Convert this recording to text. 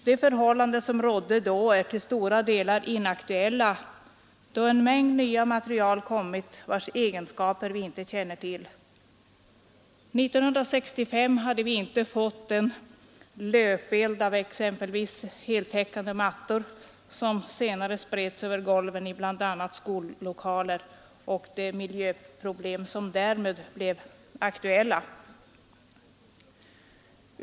De förhållanden som då rådde är till stora delar inaktuella, eftersom en mängd nya material kommit, vilkas egenskaper vi inte känner till. År 1965 hade vi inte fått den ”löpeld” av exempelvis heltäckande mattor som senare spreds över golven i bl.a. skollokaler, och de miljöproblem som därmed blev aktuella.